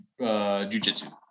jujitsu